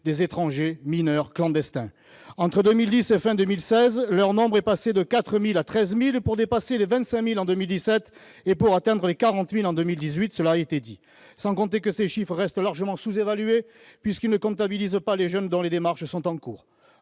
des étrangers mineurs clandestins. Entre 2010 et la fin de 2016, leur nombre est passé de 4 000 à 13 000, pour dépasser les 25 000 à la fin de 2017 et atteindre, cela a été dit, 40 000 en 2018. Sans compter que ces chiffres restent largement sous-évalués puisqu'ils ne comptabilisent pas les jeunes dont les démarches sont en cours.